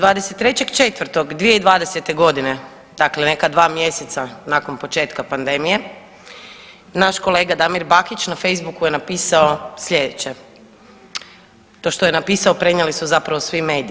23.4.2000.g., dakle neka 2 mjeseca nakon početka pandemije naš kolega Damir Bakić na Facebooku je napisao slijedeće, to što je napisao prenijeli su zapravo svi mediji.